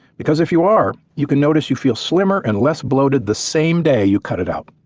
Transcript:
because if you are, you can notice you feel slimmer and less bloated the same day you cut it out,